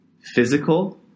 physical